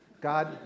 God